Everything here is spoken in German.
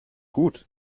gut